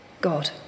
god